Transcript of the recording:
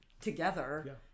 together